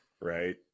Right